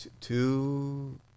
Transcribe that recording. Two